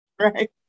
right